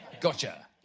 Gotcha